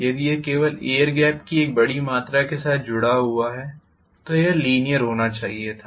यदि यह केवल एयर गेप की एक बड़ी मात्रा के साथ जुड़ा हुआ है तो यह लीनीयर होना चाहिए था